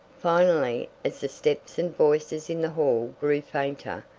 finally, as the steps and voices in the hall grew fainter,